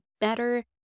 better